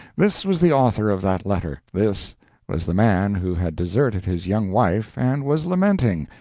this was the author of that letter, this was the man who had deserted his young wife and was lamenting,